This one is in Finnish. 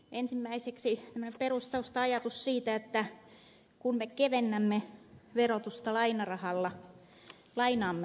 ensimmäiseksi tämmöinen perustausta ajatus siitä että kun me kevennämme verotusta lainarahalla lainaamme lapsiltamme